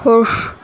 خوش